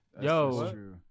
yo